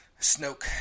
Snoke